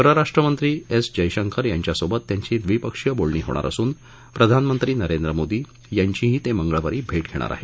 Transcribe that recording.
परराष्ट्रमंत्री एस जयशंकर यांच्यासोबत त्यांची द्विपक्षीय बोलणी होणार असून प्रधानमंत्री नरेंद्र मोदी यांचीही ते मंगळवारी भेट घेणार आहेत